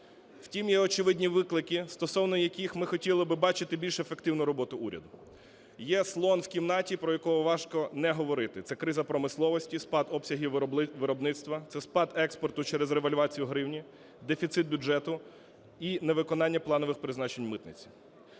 Втім є очевидні виклики, стосовно яких ми хотіли би бачити більш ефективну роботу уряду. Є "слон" в кімнаті, про якого важко не говорити, це криза промисловості, спад обсягів виробництва, це спад експорту через ревальвацію гривні, дефіцит бюджету і невиконання планових призначень митниці.